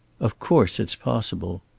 of course, it's possible.